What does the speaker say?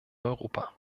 europa